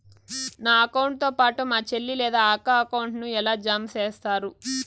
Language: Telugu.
నా అకౌంట్ తో పాటు మా చెల్లి లేదా అక్క అకౌంట్ ను ఎలా జామ సేస్తారు?